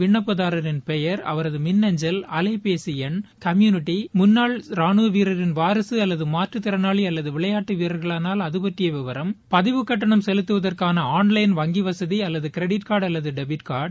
விண்ணப்பதாரர் பெயர் அவரது மின்னஞ்சல் அலைபேசி எண் கம்மியூனிட்டி முன்னாள் வீரரின் வாரிசு அல்லது மாற்றத்திறனாளி அல்லது விளையாட்டு வீரரானால் அவற்றை பற்றிய விரங்கள் பதிவு கட்டணம் செலுத்துவதற்கான ஆன்லைன் வங்கி வசதி அல்லது ம் கார்டு அல்லது டெபிட் கார்டு